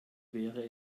wäre